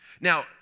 Now